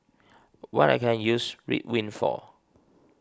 what can I use Ridwind for